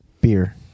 beer